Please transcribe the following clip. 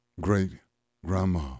great-grandma